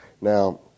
Now